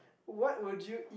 what would you eat